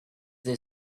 they